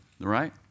right